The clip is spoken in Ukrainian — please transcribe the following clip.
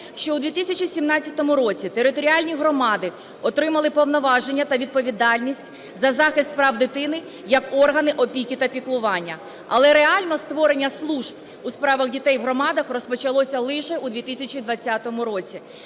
що у 2017 році територіальні громади отримали повноваження та відповідальність за захист прав дитини як органи опіки та піклування. Але реально створення служб у справах дітей в громад розпочалося лише у 2020 році.